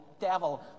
devil